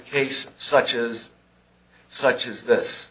case such as such as this